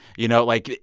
you know, like,